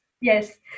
yes